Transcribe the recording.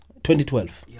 2012